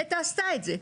נת"ע עשתה את זה,